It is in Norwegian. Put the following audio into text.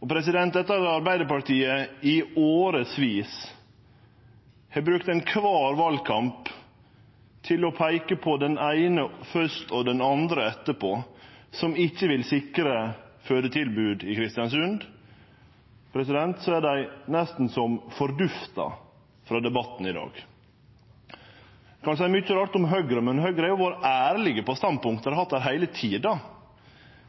Arbeidarpartiet i årevis har brukt kvar valkamp til å peike på først den eine og etterpå den andre som ikkje vil sikre fødetilbod i Kristiansund, er dei nesten som forsvunne frå debatten i dag. Ein kan seie mykje rart om Høgre, men Høgre har vore ærlege på standpunktet dei har hatt der, heile tida.